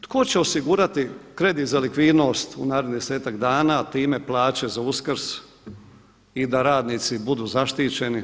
Tko će osigurati kredit za likvidnost u narednih desetak dana, a time plaće za Uskrs i da radnici budu zaštićeni?